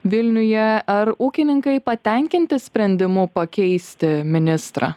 vilniuje ar ūkininkai patenkinti sprendimu pakeisti ministrą